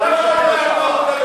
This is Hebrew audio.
הוא לא יודע לענות עליהן.